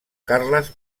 carles